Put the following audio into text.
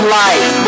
life